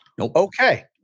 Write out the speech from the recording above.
Okay